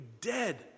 dead